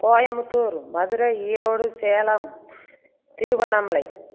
Coimbatore Madurai Erode Salem Tiruvannamalai